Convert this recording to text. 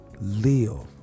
Live